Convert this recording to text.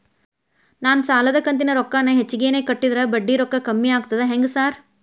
ನಾನ್ ಸಾಲದ ಕಂತಿನ ರೊಕ್ಕಾನ ಹೆಚ್ಚಿಗೆನೇ ಕಟ್ಟಿದ್ರ ಬಡ್ಡಿ ರೊಕ್ಕಾ ಕಮ್ಮಿ ಆಗ್ತದಾ ಹೆಂಗ್ ಸಾರ್?